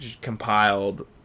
compiled